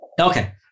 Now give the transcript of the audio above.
Okay